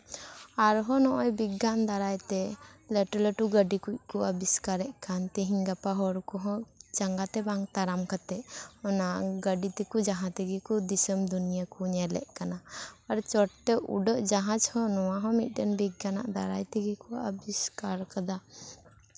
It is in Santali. ᱟᱨᱦᱚᱸ ᱱᱚᱜᱼᱚᱭ ᱵᱤᱜᱽᱜᱟᱱ ᱫᱟᱨᱟᱭ ᱛᱮ ᱞᱟᱹᱴᱩᱼᱞᱟᱹᱴᱩ ᱜᱟᱹᱰᱤ ᱠᱩᱡ ᱠᱚ ᱟᱵᱤᱥᱠᱟᱨᱮᱫ ᱠᱟᱱ ᱛᱮᱦᱮᱧ ᱜᱟᱯᱟ ᱦᱚᱲ ᱠᱚᱦᱚᱸ ᱡᱟᱸᱜᱟ ᱛᱮ ᱵᱟᱝ ᱛᱟᱲᱟᱢ ᱠᱟᱛᱮ ᱚᱱᱟ ᱜᱟᱹᱰᱤ ᱛᱮᱠᱩ ᱡᱟᱦᱟᱸ ᱛᱮᱠᱩ ᱫᱤᱥᱚᱢ ᱫᱩᱱᱤᱭᱟᱹ ᱠᱚ ᱧᱮᱞᱮᱫ ᱠᱟᱱᱟ ᱟᱹᱰᱤ ᱪᱚᱴ ᱛᱮ ᱩᱰᱟᱹᱜ ᱡᱟᱦᱟᱡ ᱦᱚᱸ ᱱᱚᱣᱟ ᱦᱚᱸ ᱢᱤᱫᱴᱮᱱ ᱵᱤᱜᱽᱜᱟᱱᱟᱜ ᱫᱟᱨᱟᱭ ᱛᱮᱜᱮ ᱠᱚ ᱟᱵᱤᱥᱠᱟᱨᱟᱠᱟᱫᱟ